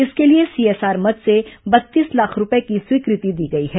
इसके लिए C SR मद से बत्तीस लाख रूपये की स्वीकृति दी गई है